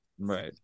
right